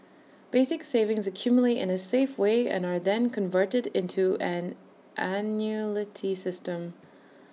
basic savings accumulate in A safe way and are then converted into an system